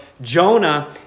Jonah